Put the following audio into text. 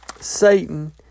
Satan